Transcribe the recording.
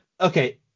okay